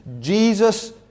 Jesus